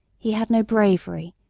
he had no bravery,